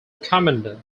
commander